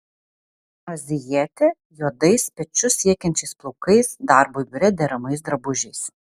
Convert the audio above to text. azijietė juodais pečius siekiančiais plaukais darbui biure deramais drabužiais